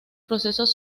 procesos